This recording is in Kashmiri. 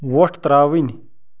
وۄٹھ ترٛاوٕنۍ